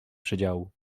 przedziału